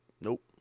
Nope